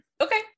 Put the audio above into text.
Okay